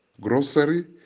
grocery